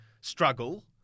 struggle